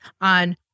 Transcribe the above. on